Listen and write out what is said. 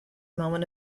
moment